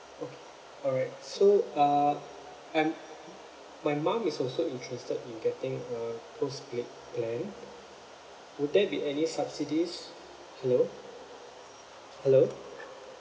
okay all right so uh I'm my mum is also interested in getting a postpaid plan would there be any subsidies hello hello